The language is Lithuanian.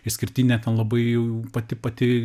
išskirtinė labai jau pati pati